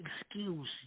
excuse